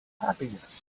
happiness